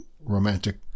romantic